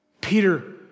Peter